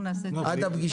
אנחנו נעשה את זה.